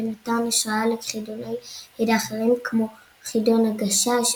ונתן השראה לחידוני ידע אחרים כמו "חידון הגשש"